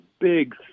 big